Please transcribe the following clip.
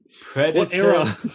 Predator